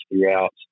throughout